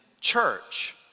church